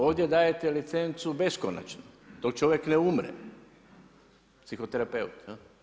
Ovdje dajete licencu beskonačno dok čovjek ne umre, psihoterapeut.